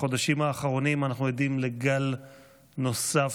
בחודשים האחרונים אנחנו עדים לגל נוסף,